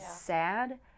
sad